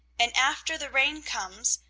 and after the rain comes,